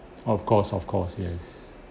of course of course yes